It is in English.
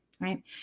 right